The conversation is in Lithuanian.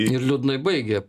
ir liūdnai baigė